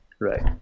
Right